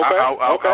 Okay